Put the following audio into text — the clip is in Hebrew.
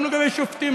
גם לגבי שופטים,